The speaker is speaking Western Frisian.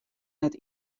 net